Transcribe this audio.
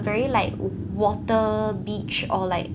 very like water beach or like